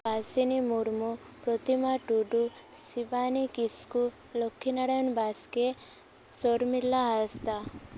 Basini Murmu Protima Tudu Sibani Kisku Lakhinarayan Baske Sarmila Hansda